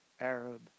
Arab